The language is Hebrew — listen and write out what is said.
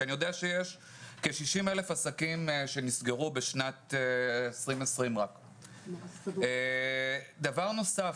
כי אני יודע שיש כ-60,000 עסקים שנסגרו בשנת 2020. דבר נוסף,